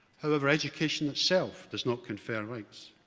however education itself does not confer rights.